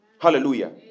Hallelujah